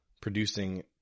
producing